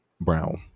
brown